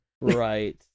Right